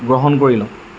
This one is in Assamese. গ্ৰহণ কৰি ল'ম